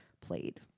played